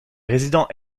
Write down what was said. résidents